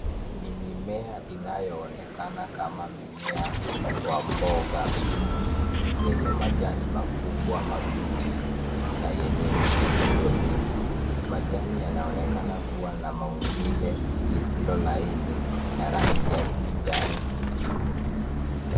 Ni mimea inayoonekana kama mimea wa mboga, yenye majani makubwa mabichi na yenye mikunjo mingi. Majani yanaonekana kua na maumbile lisilo laini, na rangi ya kijani kijivu.